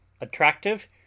Attractive